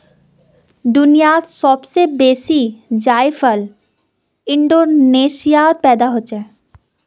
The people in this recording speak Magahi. दुनियात सब स बेसी जायफल इंडोनेशियात पैदा हछेक